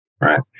right